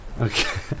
Okay